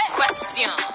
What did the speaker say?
Question